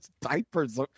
diapers